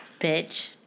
Bitch